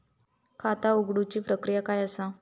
खाता उघडुची प्रक्रिया काय असा?